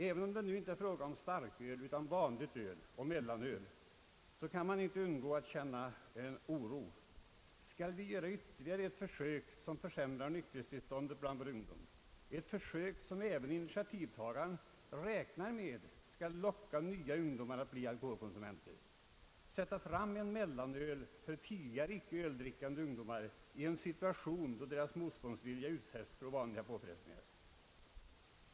Även om det nu inte är fråga om starköl utan vanligt öl och mellanöl, kan man inte undgå att känna oro. Skall vi göra ytterligare ett försök som försämrar nykterhetstillståndet bland vår ungdom, ett försök som även initiativtagaren räknar med kan locka nya ungdomar att bli alkoholkonsumenter? Skall man sätta fram mellanöl för tidigare icke öldrickande ungdomar i en situation där deras motståndsvilja utsätts för ovanliga påfrestningar?